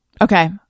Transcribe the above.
Okay